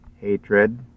hatred